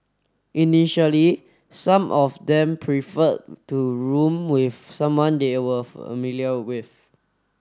initially some of them preferred to room with someone they were familiar with